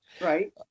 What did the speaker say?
Right